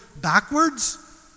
backwards